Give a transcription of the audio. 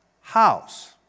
house